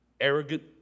arrogant